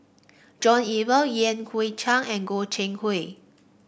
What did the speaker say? John Eber Yan Hui Chang and Goi Seng Hui